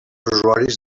usuaris